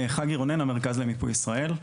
חגי רונן, המרכז למיפוי ישראל.